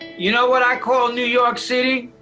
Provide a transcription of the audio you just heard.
you know what i call new york city?